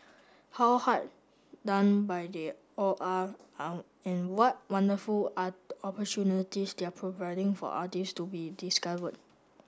how hard done by they all are and in what wonderful are the opportunities they're providing for artists to be discovered